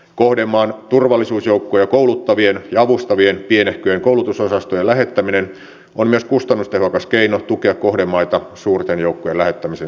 kohdemaan turvallisuusjoukkoja kouluttavien ja avustavien pienehköjen koulutusosastojen lähettäminen on myös kustannustehokas keino tukea kohdemaita suurten joukkojen lähettämisen sijasta